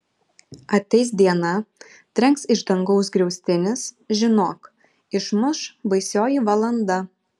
ateis diena trenks iš dangaus griaustinis žinok išmuš baisioji valanda